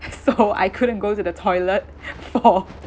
so I couldn't go to the toilet for